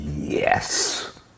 yes